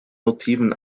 motiven